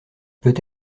peut